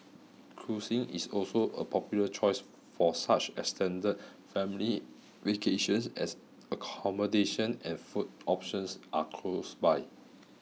cruising is also a popular choice for such extended family vacations as accommodation and food options are close by